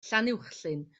llanuwchllyn